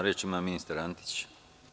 Reč ima ministar Antić.